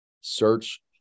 search